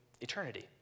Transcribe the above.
eternity